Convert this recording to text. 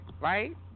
Right